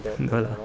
no lah